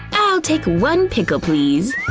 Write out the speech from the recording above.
i'll take one pickle please.